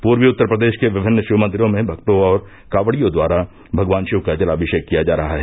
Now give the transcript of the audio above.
पूर्वी उत्तर प्रदेश के विभिन्न शिवमंदिरों में भक्तों और कांवड़ियों द्वारा भगवान शिव का जलाभिषेक किया जा रहा है